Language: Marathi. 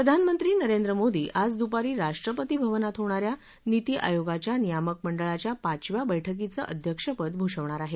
प्रधानमंत्री नरेंद्र मोदी आज दुपारी राष्ट्रपती भवनात होणा या नीती आयोगाच्या नियामक मंडळाच्या पाचव्या बैठकीचं अध्यक्षपद भूषवणार आहेत